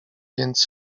więc